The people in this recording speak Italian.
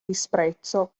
disprezzo